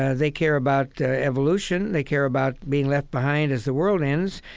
ah they care about evolution. they care about being left behind as the world ends.